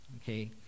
okay